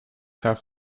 have